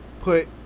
put